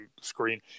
screen